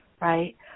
right